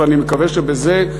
ואני מקווה שבזה,